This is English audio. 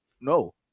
No